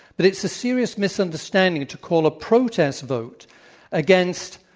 but it's a serious misunderstanding to call a protest vote against